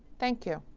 thank you.